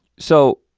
so,